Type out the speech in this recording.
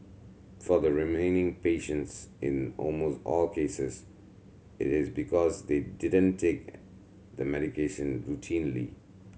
for the remaining patients in almost all cases it is because they didn't take the medication routinely